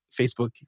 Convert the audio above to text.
Facebook